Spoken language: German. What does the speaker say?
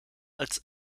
als